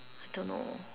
I don't know